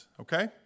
Okay